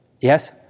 Yes